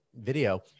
video